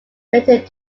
related